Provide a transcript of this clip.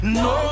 no